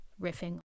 riffing